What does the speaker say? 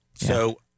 So-